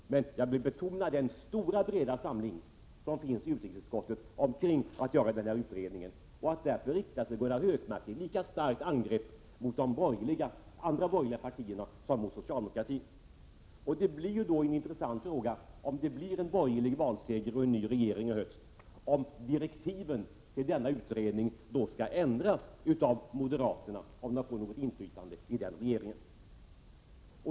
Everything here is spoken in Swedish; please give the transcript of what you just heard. Men jag vill betona den stora breda samling som finns i utrikesutskottet bakom tanken att göra denna utredning. Därför riktar Gunnar Hökmark ett lika starkt angrepp mot de borgerliga partierna som mot socialdemokratin. Det blir då en intressant fråga, om det blir borgerlig valseger och ny regering, om direktiven till dennna utredning då skall ändras av moderaterna, om de får något inflytande i den regeringen.